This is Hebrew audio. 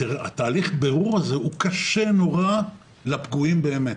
תהליך הבירור הזה קשה נורא לפגועים באמת